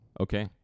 okay